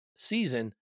season